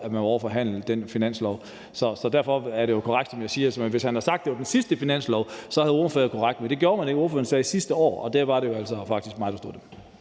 år, man var ovre at forhandle den finanslov. Så derfor er det, jeg siger, korrekt. Hvis han havde sagt, at det var den sidste finanslov, så havde »ordfører« været korrekt, men det gjorde han ikke, for ordføreren sagde »sidste år«, og der var det jo altså faktisk mig, der stod der.